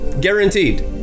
Guaranteed